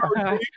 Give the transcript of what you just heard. Okay